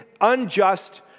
unjust